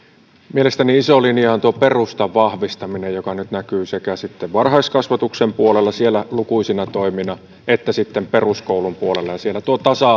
mielestäni iso linja on perustan vahvistaminen joka nyt näkyy sekä varhaiskasvatuksen puolella siellä lukuisina toimina että peruskoulun puolella siellä on tuo tasa